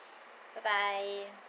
bye bye